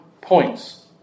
points